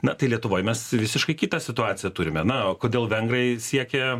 na tai lietuvoj mes visiškai kitą situaciją turime na o kodėl vengrai siekia